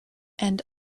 and